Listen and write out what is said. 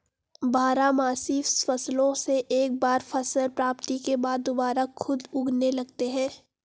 बारहमासी फसलों से एक बार फसल प्राप्ति के बाद दुबारा खुद उगने लगते हैं